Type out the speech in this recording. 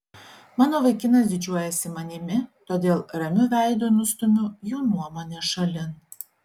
mano vaikinas didžiuojasi manimi todėl ramiu veidu nustumiu jų nuomonę šalin